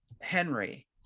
Henry